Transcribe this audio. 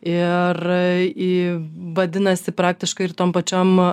ir į vadinasi praktiškai ir tom pačiom